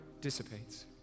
dissipates